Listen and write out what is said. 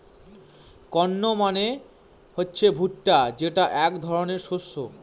corn মানে হচ্ছে ভুট্টা যেটা এক ধরনের শস্য